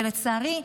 ולצערי,